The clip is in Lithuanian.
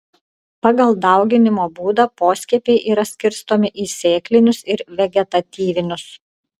pagal dauginimo būdą poskiepiai yra skirstomi į sėklinius ir vegetatyvinius